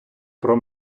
про